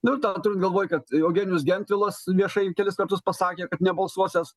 nu ir dar turint galvoj kad eugenijus gentvilas viešai kelis kartus pasakė kad nebalsuosiąs